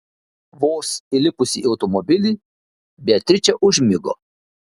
vos įlipusi į automobilį beatričė užmigo